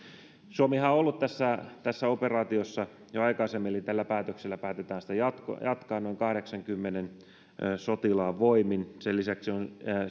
suomihan on ollut tässä tässä operaatiossa jo aikaisemmin eli tällä päätöksellä päätetään sitä jatkaa noin kahdeksaankymmeneen sotilaan voimin sen lisäksi on